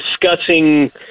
discussing